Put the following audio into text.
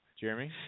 Jeremy